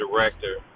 director